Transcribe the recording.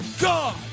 God